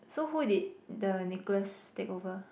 so who did the Nicholas take over